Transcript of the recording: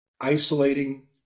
isolating